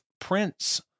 prince